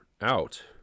out